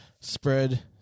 spread